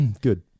Good